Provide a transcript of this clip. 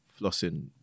flossing